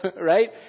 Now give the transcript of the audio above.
right